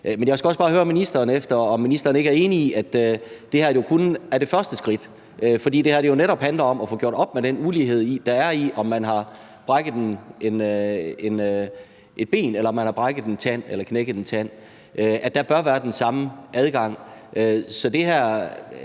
Men jeg skal også bare høre ministeren, om ministeren ikke er enig i, at det her jo kun er det første skridt, fordi det her jo netop handler om at få gjort op med den ulighed, der er i, om man har brækket et ben, eller om man har knækket en tand, og at der bør være den samme adgang. Vi rejste